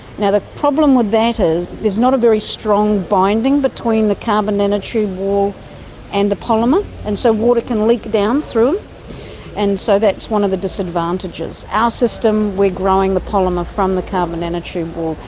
and the problem with that is there's not a very strong binding between the carbon nanotube wall and the polymer, and so water can leak down through them. and so that's one of the disadvantages. our system, we're growing the polymer from the carbon nanotube wall.